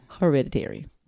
hereditary